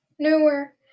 newer